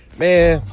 man